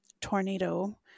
tornado